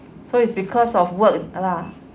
so it's because of work lah